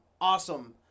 awesome